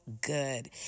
good